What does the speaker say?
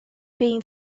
being